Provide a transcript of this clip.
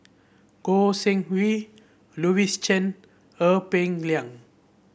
Goi Seng Hui Louis Chen Ee Peng Liang